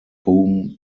whom